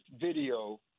video